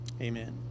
Amen